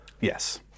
Yes